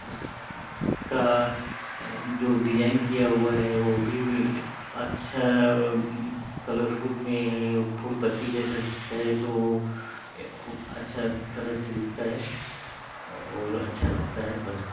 उसका जो डिजाइन किया हुआ है अच्छा कलरफुल में है वो फूल पत्ती जैसा दिखता है तो अच्छा तरह से दिखता है और अच्छा लगता है पर्दा